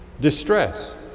distress